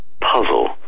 puzzle